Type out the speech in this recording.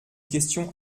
question